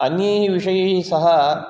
अन्यैः विषयैः सह